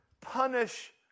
punish